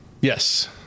Yes